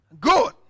Good